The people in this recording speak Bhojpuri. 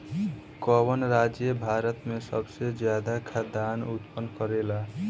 कवन राज्य भारत में सबसे ज्यादा खाद्यान उत्पन्न करेला?